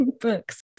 books